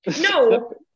no